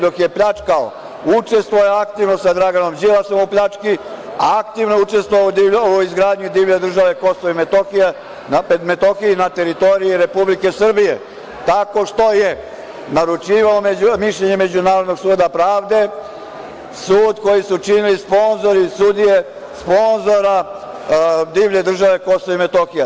Dok je pljačkao, učestvovao je aktivno sa Draganom Đilasom u pljački, aktivno je učestvovao u izgradnji divlje države KiM na teritoriji Republike Srbije tako što je naručio mišljenje Međunarodnog suda pravde, sud koji su činili sponzori, sudije, sponzora divlje države Kosovo.